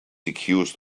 accused